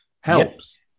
helps